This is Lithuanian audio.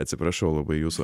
atsiprašau labai jūsų